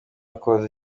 akoze